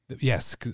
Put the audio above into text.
Yes